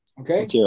Okay